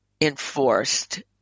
enforced